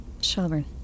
Shelburne